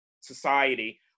society